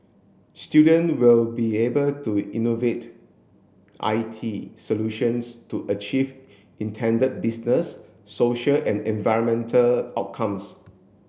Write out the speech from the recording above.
student will be able to innovate I T solutions to achieve intended business social and environmental outcomes